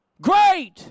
Great